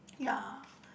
ya